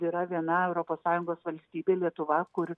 yra viena europos sąjungos valstybė lietuva kur